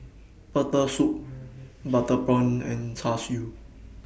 Turtle Soup Butter Prawns and Char Siu